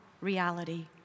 reality